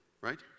right